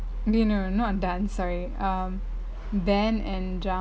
eh no not dance sorry um band and drama